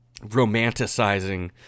romanticizing